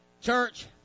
Church